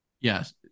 yes